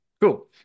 Cool